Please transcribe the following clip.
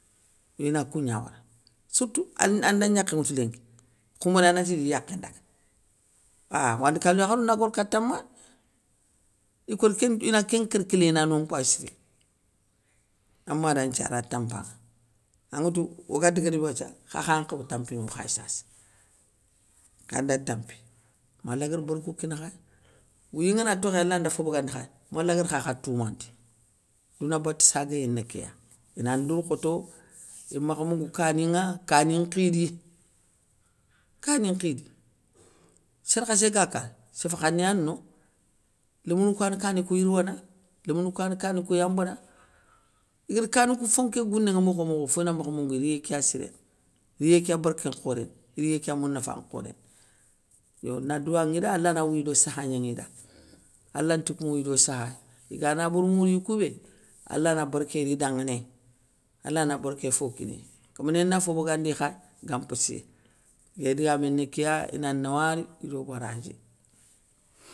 Yo ina kougna wara, sourtou ande, anda gnakhé ŋwoutou lénki, khoumbéné anati idi yakhé ndaga ahh wandi kalou yakharou na gor kata mah, ikor kén ina kén nkalkilé, ina non mpayi siri, ama da nthiara a tampanŋa, anŋetou oga degré bé wathia, khakha nkhaw tampi no khay sasa, khanda tamppi mala guér bérkou kini khay, wouyi ngana tokhéy allah nda fo bagandi khay, mallah guér khakha toumandi, douna bate saguéyé ni kéya ina ndourkhoto, imakha moungou kaninŋa, kaninŋe nkhidi, kani nkhidi sér khassé ga ka, séff khané yani no, lémounou kouyani kani kou yirwana, lémounou kou yani kani kou yambana, igar kani kou fonŋe ké gounénŋe mokho mokho fo ina makha moungou riyé ké ya siréni, riyé ké ya bérké nkhoréni riyé ké ya mounafa nkhoréni. Yo na douwanŋi da allah na wouyi sakha gnaŋi da, allah nti kouli do sakha, iga nabour mouriyou koubé, allah na bérké ri danŋanéy, allah na bérké fo kiniye, kéméné na fo bagandi kha gan mpossiya, nké digamé ni kéya, ina nawari ido baradié.